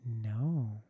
No